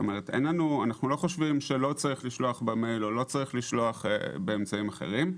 אנחנו לא חושבים שלא צריך לשלוח במייל או לא צריך לשלוח באמצעים אחרים,